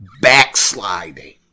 backsliding